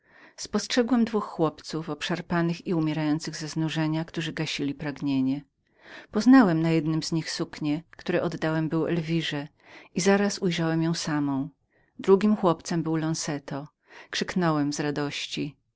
spostrzegłem dwóch chłopców oszarpanych i umierających ze znużenia którzy gasili pragnienie poznałem na jednym z nich suknie które oddałem był elwirze i zarazem ujrzałem ją samą drugim chłopcem oszarpanym był lonzeto krzyknąłem z radości